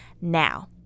Now